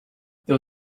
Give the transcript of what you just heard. there